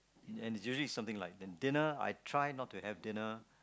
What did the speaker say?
and and usually it's something light then dinner I try not to have dinner